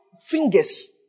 fingers